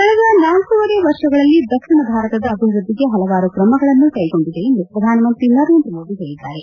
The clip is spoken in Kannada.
ಕಳೆದ ನಾಲ್ಕೂವರೆ ವರ್ಷಗಳಲ್ಲಿ ದಕ್ಷಿಣ ಭಾರತದ ಅಭಿವೃದ್ಧಿಗೆ ಪಲವಾರು ಕ್ರಮಗಳನ್ನು ಕೈಗೊಂಡಿದೆ ಎಂದು ಪ್ರಧಾನಮಂತ್ರಿ ನರೇಂದ್ರ ಮೋದಿ ಹೇಳಿದ್ದಾರೆ